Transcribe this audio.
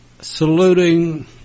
saluting